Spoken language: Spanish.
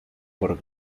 por